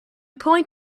point